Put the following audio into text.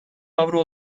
avro